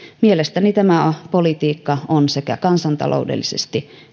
mielestäni tämä politiikka on sekä kansantaloudellisesti